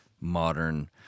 modern